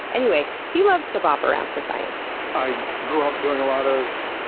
anyway, he loves to bop around for science. i grew up doing a lot of